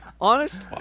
honest